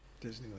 Disneyland